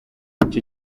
ico